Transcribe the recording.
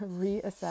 reassess